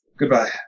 Goodbye